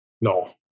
No